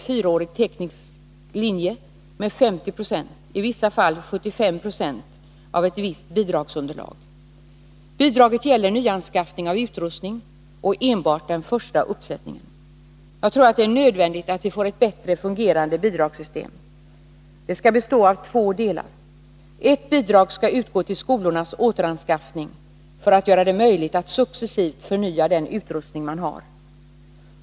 4-årig teknisk linje med 50 96, i vissa fall 75 96, av ett visst bidragsunderlag. Bidraget gäller nyanskaffning av utrustning och enbart den första uppsättningen. Jag tror att det är nödvändigt att vi får ett bättre fungerande bidragssystem. Det skall bestå av två delar. Ett bidrag skall utgå till skolornas återanskaff ning för att göra det möjligt att successivt förnya den utrustning man har.